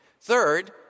Third